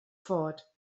fort